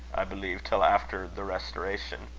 i believe, till after the restoration.